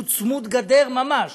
הוא צמוד-גדר ממש,